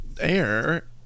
air